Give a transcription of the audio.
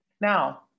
Now